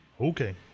Okay